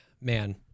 man